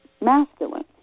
masculine